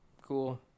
Cool